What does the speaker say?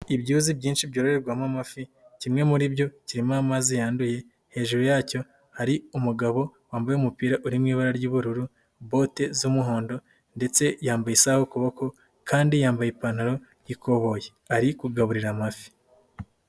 Ibyuzi byinshi byoroherwamo amafi kimwe muri byo kirimo amazi yanduye, hejuru yacyo hari umugabo wambaye umupira uri mu ibara ry'ubururu, bote z'umuhondo ndetse yambaye isaha ku kuboko, kandi yambaye ipantaro y'ikoboyi ari kugaburira amafi.